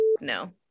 no